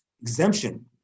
exemption